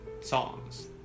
songs